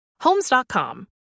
homes.com